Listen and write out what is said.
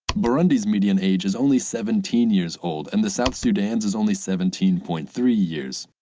burundi's median age is only seventeen years old and the south sudan's is only seventeen point three years.